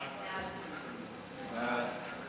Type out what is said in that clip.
ההצעה